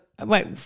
wait